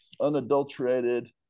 unadulterated